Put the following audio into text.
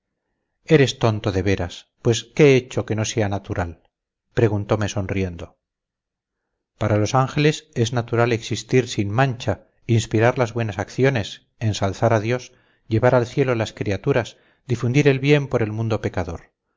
eres tonto de veras pues qué he hecho que no sea natural preguntome sonriendo para los ángeles es natural existir sin mancha inspirar las buenas acciones ensalzar a dios llevar al cielo las criaturas difundir el bien por el mundo pecador